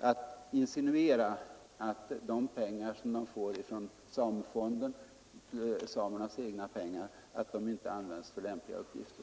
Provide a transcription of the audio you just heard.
att insinuera att de pengar de får från samefonden — samernas egna pengar — inte används för lämpliga uppgifter.